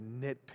nitpick